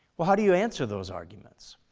well how do you answer those arguments?